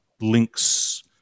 links –